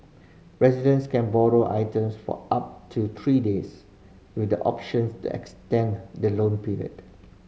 residents can borrow items for up to three days with the options to extend the loan period